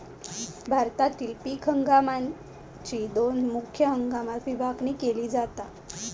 भारतातील पीक हंगामाकची दोन मुख्य हंगामात विभागणी केली जाता